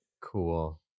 Cool